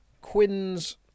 Quinn's